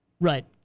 Right